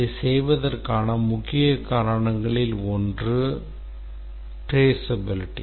அதைச் செய்வதற்கான முக்கிய காரணங்களில் ஒன்று அந்த traceability